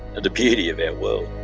and the beauty of our world.